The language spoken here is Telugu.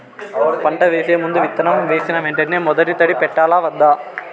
పంట వేసే ముందు, విత్తనం వేసిన వెంటనే మొదటి తడి పెట్టాలా వద్దా?